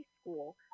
school